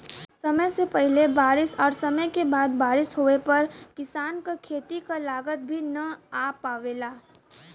समय से पहिले बारिस और समय के बाद बारिस होवे पर किसान क खेती क लागत भी न आ पावेला